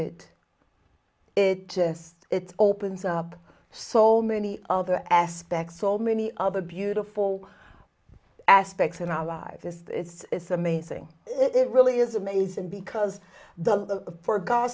it it just it opens up so many other aspects so many other beautiful aspects in our lives that it's amazing it really is amazing because the for go